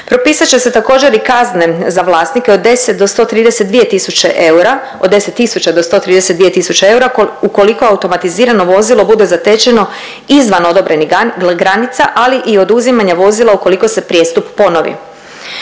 Propisat će se također i kazne za vlasnike od 10 do 132 tisuće eura od 10 tisuća do 132 tisuće eura ukoliko automatizirano vozilo bude zatečeno izvan odobrenih granica, ali i oduzimanja vozila ukoliko se prijestup ponovi.